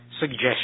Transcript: suggestion